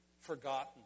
forgotten